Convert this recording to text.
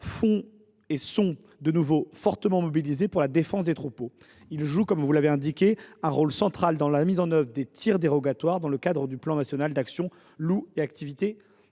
louvetiers sont de nouveau fortement mobilisés pour la défense des troupeaux. Ils jouent, comme vous l’avez indiqué, un rôle central dans la mise en œuvre des tirs dérogatoires dans le cadre du plan national d’actions sur le loup et les activités